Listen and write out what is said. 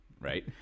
Right